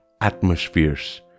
atmospheres